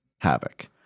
Havoc